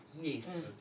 Yes